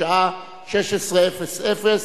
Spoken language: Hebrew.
בשעה 16:00,